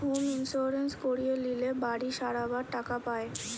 home insurance করিয়ে লিলে বাড়ি সারাবার টাকা পায়